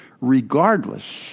regardless